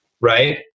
right